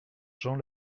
jean